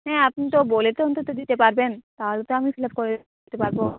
হ্যাঁ আপনি তো বলে তো অন্তত দিতে পারবেন তাহলে তো আমি ফিল আপ করে নিতে পারবো